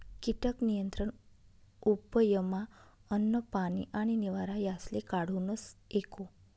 कीटक नियंत्रण उपयमा अन्न, पानी आणि निवारा यासले काढूनस एको